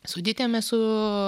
su ditėm esu